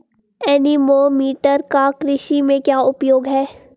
Anemometer का कृषि में क्या उपयोग है?